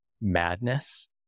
madness